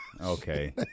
Okay